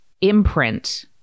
imprint